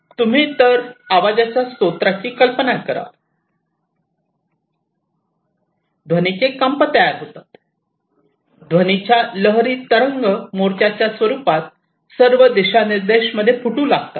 तुम्ही तर आवाजाच्या स्त्रोताची कल्पना करा ध्वनीचे कंप तयार होतात ध्वनीच्या लहरी तरंग मोर्चांच्या स्वरूपात सर्व दिशानिर्देश मध्ये फुटू लागतात